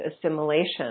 assimilation